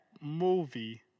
movie